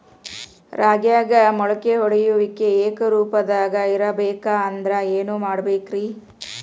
ರಾಗ್ಯಾಗ ಮೊಳಕೆ ಒಡೆಯುವಿಕೆ ಏಕರೂಪದಾಗ ಇರಬೇಕ ಅಂದ್ರ ಏನು ಮಾಡಬೇಕ್ರಿ?